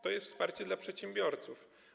To jest wsparcie dla przedsiębiorców.